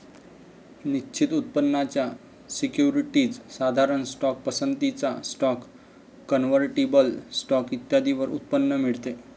निश्चित उत्पन्नाच्या सिक्युरिटीज, साधारण स्टॉक, पसंतीचा स्टॉक, कन्व्हर्टिबल स्टॉक इत्यादींवर उत्पन्न मिळते